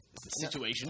situation